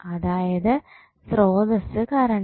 അതായത് സ്രോതസ്സ് കറണ്ട്